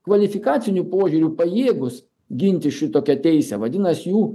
kvalifikaciniu požiūriu pajėgūs ginti šitokią teisę vadinas jų